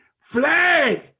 flag